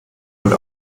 und